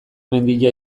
mendia